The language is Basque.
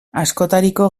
askotariko